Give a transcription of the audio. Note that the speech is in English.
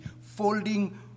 folding